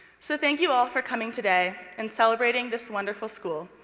so thank you all for coming today and celebrating this wonderful school,